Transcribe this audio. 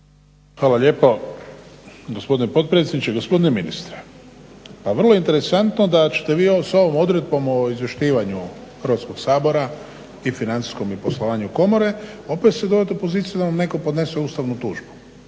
Hvala lijepo gospodine potpredsjedniče. Gospodine ministre, pa vrlo je interesantno da ćete vi s ovom odredbom o izvještavanju Hrvatskog sabora i financijskom i poslovanju komore opet se dovest u poziciju da vam netko podnese ustavnu tužbu.